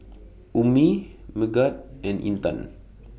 Ummi Megat and Intan